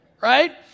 right